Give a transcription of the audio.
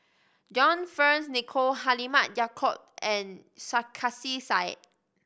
John Fearns Nicoll Halimah Yacob and Sarkasi Said